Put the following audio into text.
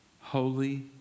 Holy